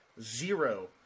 zero